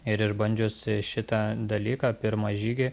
ir išbandžius šitą dalyką pirmą žygį